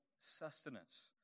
sustenance